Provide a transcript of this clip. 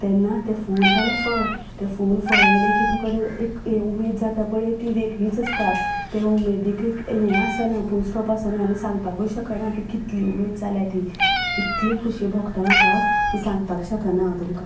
तेन्ना तें फूल जालें फळ तें फूल फळ येलें की तुका तें एक उमेद जाता पळय ती वेगळीच आसता ते उमेदीक एक हें आसना फूल स्टॉप आसना आनी सांगपाकूय शकना कितली उमेद जाल्या ती इतली खुशी भोगता म्हाका की सांगपाक शकना हांव तुमकां